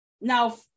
Now